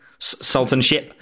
Sultanship